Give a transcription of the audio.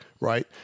Right